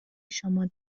شما